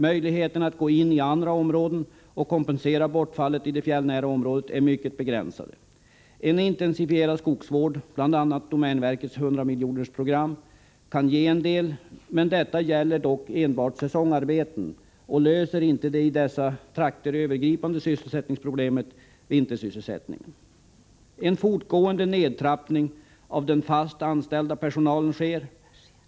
Möjligheterna att gå in i andra områden och kompensera bortfallet i det fjällnära området är mycket begränsade. En intensifierad skogsvård, bl.a. domänverkets 100-miljonersprogram, kan ge en del, men detta gäller säsongsarbeten och löser inte det i dessa trakter övergripande sysselsättningsproblemet — vintersysselsättningen. Det sker en fortgående nedtrappning av den fast anställda personalen.